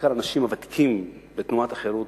בעיקר האנשים הוותיקים בתנועת החרות,